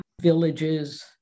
villages